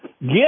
get